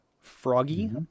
Froggy